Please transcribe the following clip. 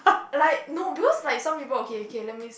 like no because like some people okay okay let me